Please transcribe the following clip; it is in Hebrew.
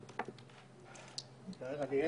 3(ב), שינוי